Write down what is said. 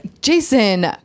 Jason